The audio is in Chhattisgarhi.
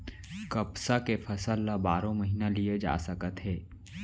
कपसा के फसल ल बारो महिना लिये जा सकत हे